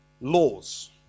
laws